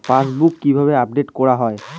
Passbook কিভাবে update করা হয়?